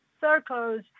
circles